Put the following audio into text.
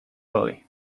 belly